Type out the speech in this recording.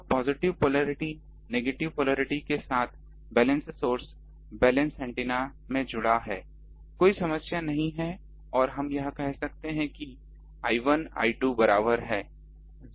तो positive polarity negative polarity के साथ बैलेंस सोर्स बैलेंस एंटीना में जुड़ा है कोई समस्या नहीं है और हम कह सकते हैं कि I1 I2 बराबर है